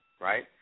right